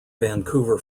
vancouver